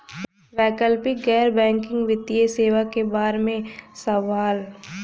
वैकल्पिक गैर बैकिंग वित्तीय सेवा के बार में सवाल?